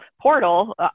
portal